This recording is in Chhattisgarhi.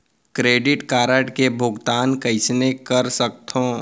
क्रेडिट कारड के भुगतान कइसने कर सकथो?